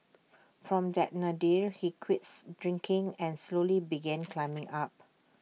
from that Nadir he quits drinking and slowly began climbing up